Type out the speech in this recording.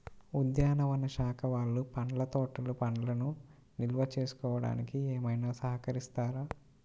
ఉద్యానవన శాఖ వాళ్ళు పండ్ల తోటలు పండ్లను నిల్వ చేసుకోవడానికి ఏమైనా సహకరిస్తారా?